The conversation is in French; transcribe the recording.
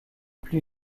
plus